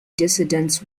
dissidents